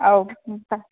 ꯑꯧ